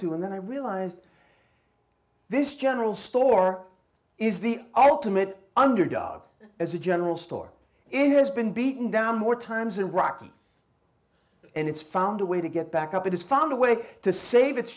to and then i realized this general store is the ultimate underdog as a general store it has been beaten down more times than rocky and it's found a way to get back up it has found a way to save it